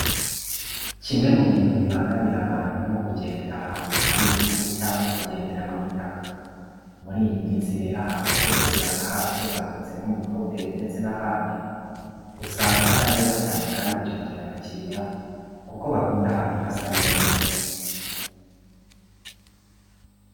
Kimwe mu bintu bibangamira abantu ni ukugendera ahantu hari ivumbi cyangwa kugendera mu itaka. Muri iyi minshi rero ahantu hose basigaye barasobanutse nko mu mahoteri ndetse n'ahandi usanga hasa neza cyane kandi byongera abakiriya kuko bakunda ahantu hasa neza.